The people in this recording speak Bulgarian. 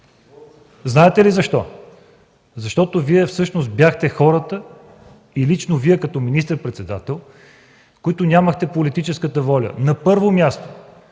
Знаете ли защо? Защото Вие всъщност бяхте хората, и лично Вие като министър-председател, които нямаха политическата воля. На първо място